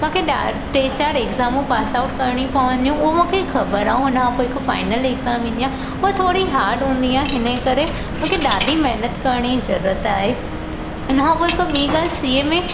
मूंखे ॾा टे चार एग्ज़ामूं पास आउट करणी पवंदियूं उहो मूंखे ख़बर आहे ऐं हुन खां पोइ हिकु फाइनल एग्ज़ाम ईंदी आहे उहा थोरी हार्ड हुंदी आहे हिन ई करे मूंखे ॾाढी महिनत करण जी ज़रूरत आहे हिन खां पोइ हिक ॿी ॻाल्हि सी ए में